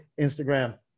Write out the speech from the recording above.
Instagram